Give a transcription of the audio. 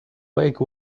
wake